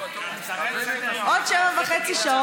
בעוד שבע שעות וחצי,